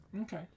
Okay